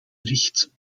richt